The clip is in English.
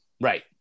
Right